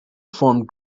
formed